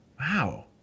Wow